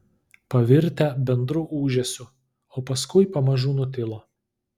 pavirtę bendru ūžesiu o paskui pamažu nutilo